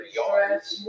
yards